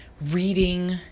reading